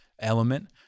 element